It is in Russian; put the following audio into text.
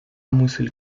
мысль